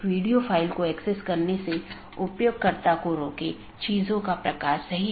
update message मूल रूप से BGP साथियों के बीच से रूटिंग जानकारी है